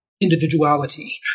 individuality